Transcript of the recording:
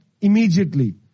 immediately